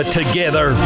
together